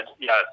yes